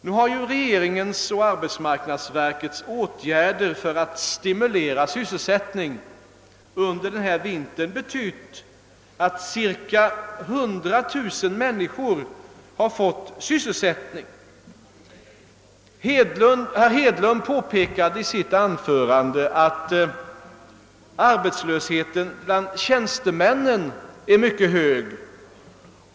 Nu har ju regeringens och arbetsmarknadsverkets åtgärder för att stimulera sysselsättningen under denna vinter betytt, att cirka 100 000 människor har fått sysselsättning. Herr Hedlund påpekade i sitt anförande, att arbetslösheten bland tjänstemännen är mycket hög.